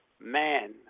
man